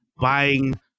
buying